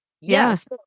Yes